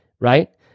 right